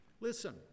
Listen